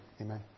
Amen